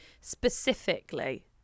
specifically